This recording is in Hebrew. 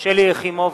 שלי יחימוביץ,